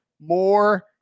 more